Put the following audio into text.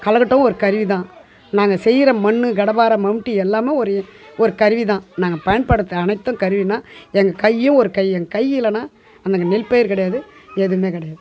களைகட்டும் ஒரு கருவிதான் நாங்கள் செய்கிற மண் கடப்பாறை மம்முட்டி எல்லாமே ஒரு ஒரு கருவிதான் நாங்கள் பயன்படுத்துகிற அனைத்தும் கருவின்னால் எங்கள் கையும் ஒரு கை எங் கை இல்லைன்னா அன்றைக்கு நெல் பயிர் கிடையாது எதுமே கிடையாது